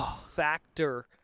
factor